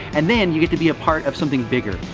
and then you get to be a part of something bigger.